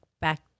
back